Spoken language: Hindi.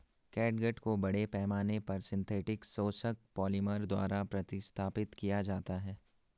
कैटगट को बड़े पैमाने पर सिंथेटिक शोषक पॉलिमर द्वारा प्रतिस्थापित किया गया है